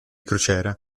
crociera